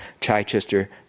Chichester